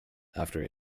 after